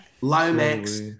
Lomax